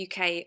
uk